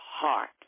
heart